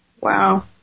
Wow